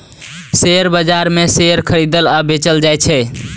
share बाजार मे share खरीदल आ बेचल जाइ छै